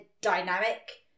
dynamic